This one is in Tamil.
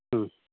ம்